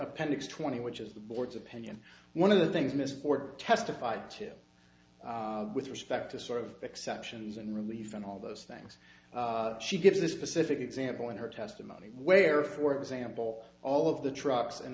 appendix twenty which is the board's opinion one of the things mr porter testified to with respect to sort of exceptions and relief and all those things she gives a specific example in her testimony where for example all of the trucks and